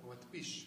המתפי"ש.